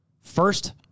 First